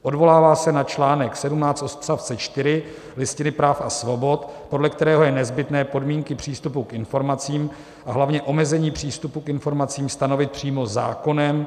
Odvolává se na článek 17 odst. 4 Listiny práv a svobod, podle kterého je nezbytné podmínky přístupu k informacím, a hlavně omezení přístupu k informacím, stanovit přímo zákonem.